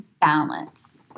balance